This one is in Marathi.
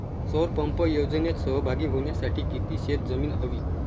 सौर पंप योजनेत सहभागी होण्यासाठी किती शेत जमीन हवी?